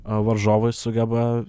varžovai sugeba